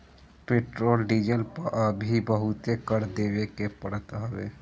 petrol diesel पअ भी बहुते कर देवे के पड़त हवे